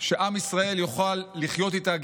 שעם ישראל יוכל לחיות איתה,